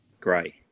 Grey